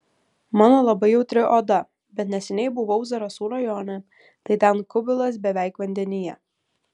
mano labai jautri oda bet neseniai buvau zarasų rajone tai ten kubilas beveik vandenyje